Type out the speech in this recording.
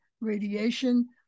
radiation